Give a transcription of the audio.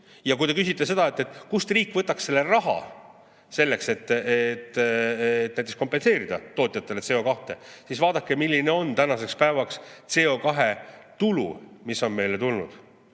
Ja kui te küsite, kust riik võtaks raha selleks, et näiteks kompenseerida tootjatele CO2, siis vaadake, milline on tänaseks päevaks CO2tulu, mis on meile tulnud.